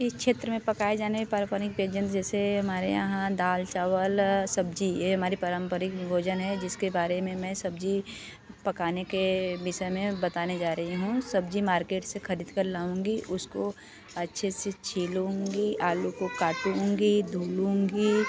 इस क्षेत्र में पकाए जाने पर बनी व्यंजन जैसे हमारे यहाँ दाल चावल सब्ज़ी यह हमारी पारंपरिक भोजन है जिसके बारे में मैं सब्ज़ी पकाने के विषय में बताने जा रही हूँ सब्ज़ी मार्केट से खरीद कर लाऊँगी उसको अच्छे से छीलूँगी आलू को काटूँगी धूलूँगी